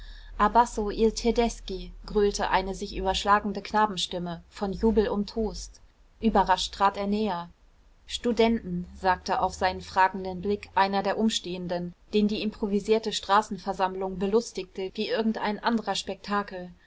tedeschi gröhlte eine sich überschlagende knabenstimme von jubel umtost überrascht trat er näher studenten sagte auf seinen fragenden blick einer der umstehenden den die improvisierte straßenversammlung belustigte wie irgendein anderer spektakel